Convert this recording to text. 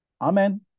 Amen